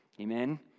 Amen